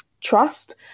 trust